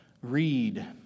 Read